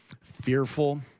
fearful